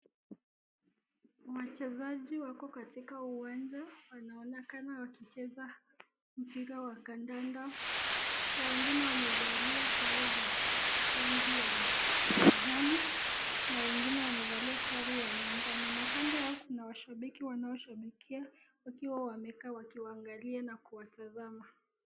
Wachezaji wako katika uwanja wanaonekana wakicheza mpira wa kandanda, wengine wamevalia sare za rangi ya majani, na wengine wamevalia sare ya manjano na kando yao kuna washabiki wanaoshabikia wakiwa wamekaa na wakiwaangalia na kuwatazama.